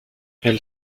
elle